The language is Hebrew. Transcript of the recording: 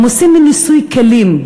הם עושים מין ניסוי כלים.